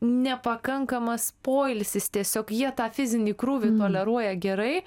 nepakankamas poilsis tiesiog jie tą fizinį krūvį toleruoja gerai